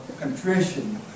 contrition